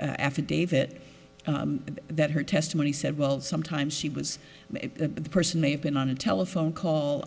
affidavit and that her testimony said well sometimes she was the person may have been on a telephone